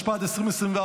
התשפ"ד 2024,